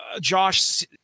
Josh